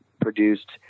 produced